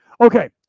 Okay